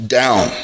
down